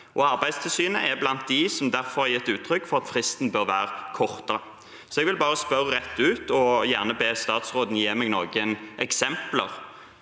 Arbeidstilsynet er blant dem som derfor har gitt uttrykk for at fristen bør være kortere. Så jeg vil bare spørre rett ut, og gjerne be statsråden gi meg noen eksempler: